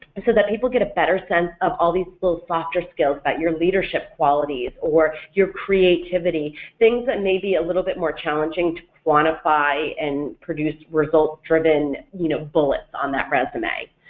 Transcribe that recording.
and so that people get a better sense of all these little softer skills that your leadership qualities, or your creativity, things that may be a little bit more challenging to quantify and produce results driven you know bullets on that resume.